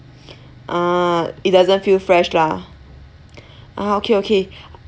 ah it doesn't feel fresh lah ah okay okay